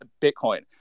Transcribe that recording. Bitcoin